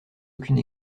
aucune